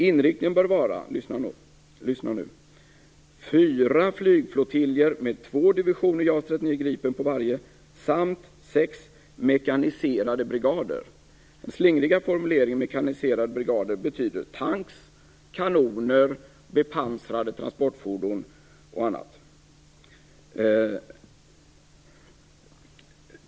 Inriktningen bör vara - lyssna noga - fyra flygflottiljer med två divisioner JAS 39 Gripen på varje samt sex mekaniserade brigader. Den slingriga formuleringen om "mekaniserade brigader" betyder tankrar, kanoner, bepansrade transportfordon och annat.